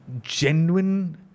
genuine